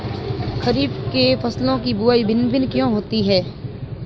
खरीफ के फसलों की बुवाई भिन्न भिन्न क्यों होती है?